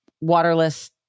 waterless